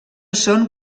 són